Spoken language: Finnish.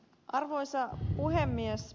arvoisa puhemies